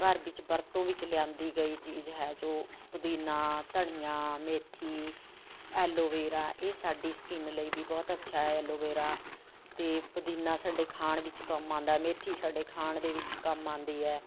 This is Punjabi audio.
ਘਰ ਵਿੱਚ ਵਰਤੋਂ ਵਿੱਚ ਲਿਆਂਦੀ ਗਈ ਚੀਜ਼ ਹੈ ਜੋ ਪੁਦੀਨਾ ਧਣੀਆ ਮੇਥੀ ਐਲੋ ਵੇਰਾ ਇਹ ਸਾਡੀ ਸਕਿੱਨ ਲਈ ਵੀ ਬਹੁਤ ਅੱਛਾ ਹੈ ਐਲੋ ਵੇਰਾ ਅਤੇ ਪੁਦੀਨਾ ਸਾਡੇ ਖਾਣ ਵਿੱਚ ਕੰਮ ਆਉਂਦਾ ਹੈ ਮੇਥੀ ਸਾਡੇ ਖਾਣ ਦੇ ਵਿੱਚ ਕੰਮ ਆਉਂਦੀ ਹੈ